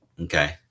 Okay